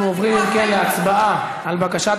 אנחנו עוברים להצבעה על בקשת